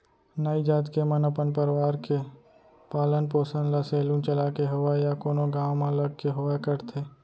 नाई जात के मन अपन परवार के पालन पोसन ल सेलून चलाके होवय या कोनो गाँव म लग के होवय करथे